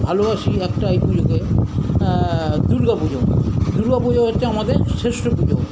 ভালোবাসি একটাই পুজোকে দুর্গা পুজো দুর্গা পুজো হচ্ছে আমাদের শ্রেষ্ঠ পুজো